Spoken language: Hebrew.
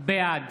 בעד